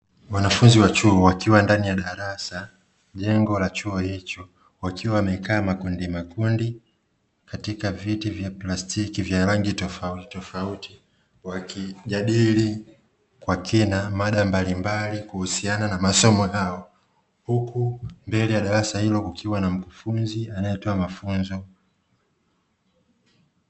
Wanafunzi wa chuo wakiwa ndani ya darasa, jengo la chuo hicho wakiwa wamekaa makundi makundi katika viti vya plastiki vya rangi tofautitofauti, wakijadili kwa kina mada mbalimbali kuhusiana na masomo yao huku mbele ya darasa hilo kukiwa na mkufunzi anayetoa mafunzo.